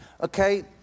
Okay